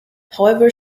however